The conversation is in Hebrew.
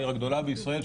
העיר הגדולה בישראל,